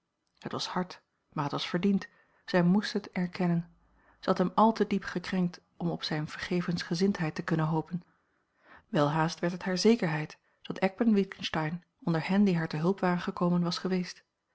het was hard maar het was verdiend zij moest het erkennen zij had hem al te diep gekrenkt om op zijne vergevensgezindheid te kunnen hopen welhaast werd het haar a l g bosboom-toussaint langs een omweg zekerheid dat eckbert witgensteyn onder hen die haar te hulp waren gekomen was geweest